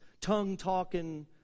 tongue-talking